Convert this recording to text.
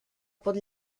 pot